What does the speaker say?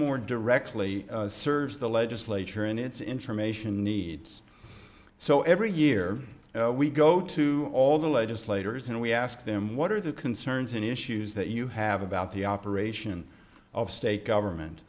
more directly serves the legislature and its information needs so every year we go to all the legislators and we ask them what are the concerns and issues that you have about the operation of state government